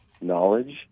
knowledge